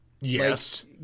Yes